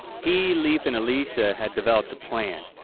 he, leaf, and alecia had developed a plan.